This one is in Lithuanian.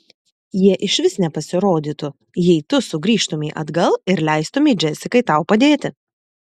jie išvis nepasirodytų jei tu sugrįžtumei atgal ir leistumei džesikai tau padėti